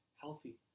healthy